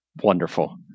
Wonderful